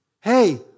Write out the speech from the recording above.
Hey